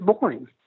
boring